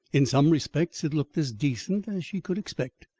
in some respects it looked as decent as she could expect,